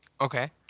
Okay